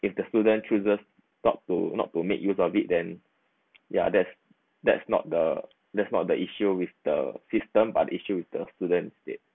if the student chooses not to not to make use of it then yeah that's that's not the that's not the issue with the system but the issue with the students did